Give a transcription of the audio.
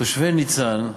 תושבי ניצן,